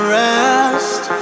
rest